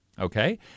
Okay